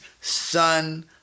son